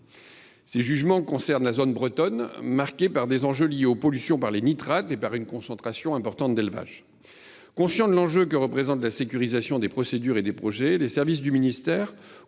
Ces jugements concernent la zone bretonne, marquée par des enjeux liés aux pollutions par les nitrates et par une concentration importante d’élevages. Conscients de l’enjeu que représente la sécurisation des procédures et des projets, les services de l’État